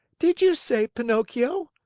did you say pinocchio?